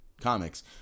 comics